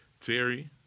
Terry